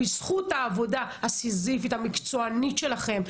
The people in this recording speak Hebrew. בזכות העבודה הסיזיפית המקצוענית שלכם,